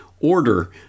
order